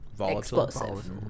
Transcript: explosive